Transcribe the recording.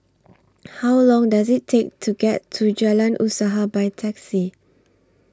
How Long Does IT Take to get to Jalan Usaha By Taxi